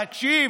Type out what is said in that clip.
תקשיב,